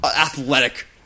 athletic